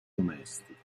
domestico